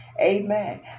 Amen